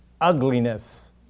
ugliness